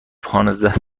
پانزده